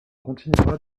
continuera